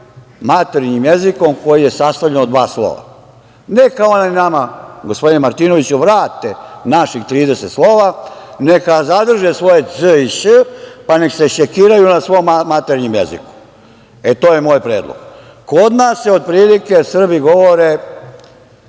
maternjim jezikom koji je sastavljen od dva slova. Neka oni nama, gospodine Martinoviću, vrate naših 30 slova, neka zadrže svoje ź i ś, pa nek se šekiraju na svom maternjem jeziku. E, to je moj predlog. Kod nas otprilike Srbi pišu